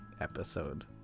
episode